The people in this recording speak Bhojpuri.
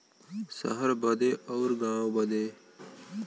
सहर बदे अउर गाँव बदे